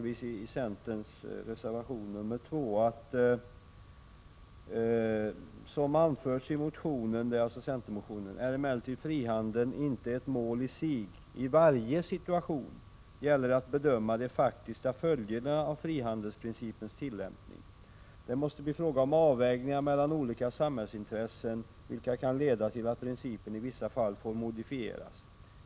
I centerns reservation nr 2 sägs följande: ”Som anförs i motion 1985/ 86:U530 är emellertid frihandel inte ett mål i sig. I varje situation gäller det att bedöma de faktiska följderna av frihandelselsprincipens tillämpning. Det måste bli fråga om avvägningar mellan olika samhällsintressen, vilket kan leda till att principen i vissa fall får modifieras.